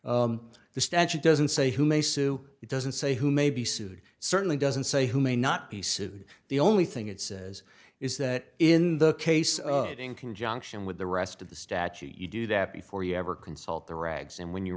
the statute doesn't say who may sue it doesn't say who may be sued certainly doesn't say who may not be sued the only thing it says is that in the case in conjunction with the rest of the statute you do that before you ever consult the rags and when you